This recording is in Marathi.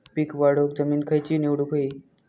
पीक वाढवूक जमीन खैची निवडुक हवी?